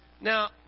Now